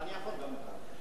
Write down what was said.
לא, אני יכול גם מכאן.